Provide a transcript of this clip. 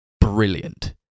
brilliant